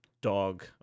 dog